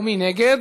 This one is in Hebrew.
מי נגד?